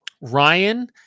Ryan